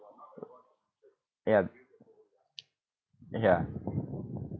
ya ya